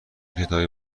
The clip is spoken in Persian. کتابی